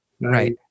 Right